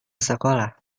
sekolah